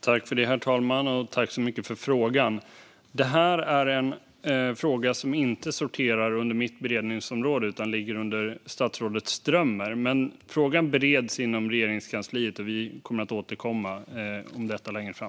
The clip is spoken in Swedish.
Herr talman! Jag tackar så mycket för frågan. Den sorterar dock inte under mitt beredningsområde, utan den ligger under statsrådet Strömmer. Frågan bereds inom Regeringskansliet, och vi kommer att återkomma om detta längre fram.